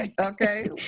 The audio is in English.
okay